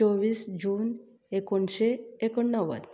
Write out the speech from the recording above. चोवीस जून एकोणशें एकोणणव्वद